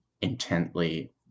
intently